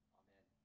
amen